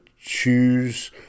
choose